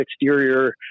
exterior